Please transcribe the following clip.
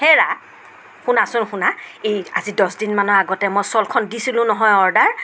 হেৰা শুনাচোন শুনা আজি দহদিনৰ মানৰ আগতে মই শ্বলখন দিছিলোঁ নহয় অৰ্ডাৰ